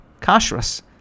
kashras